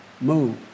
move